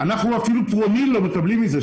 אנחנו אפילו פרומיל לא מקבלים מזה.